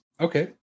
Okay